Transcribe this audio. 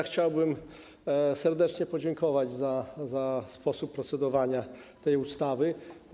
Chciałbym serdecznie podziękować za sposób procedowania nad tą ustawą.